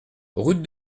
route